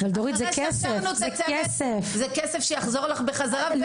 נכון שזה כסף, אבל זה כסף שיחזור בחזרה אלינו